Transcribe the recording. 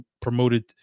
promoted